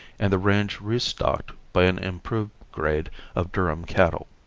and the range re-stocked by an improved grade of durham cattle.